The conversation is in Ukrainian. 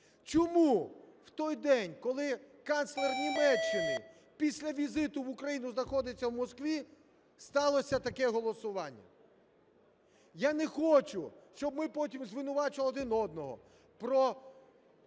Чому в той день, коли канцлер Німеччини після візиту в Україну знаходиться у Москві, сталося таке голосування? Я не хочу, щоб ми потім звинувачували один одного про